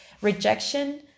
rejection